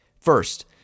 First